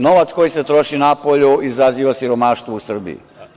Novac koji se troši napolju izaziva siromaštvo u Srbiji.